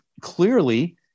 clearly